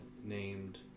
named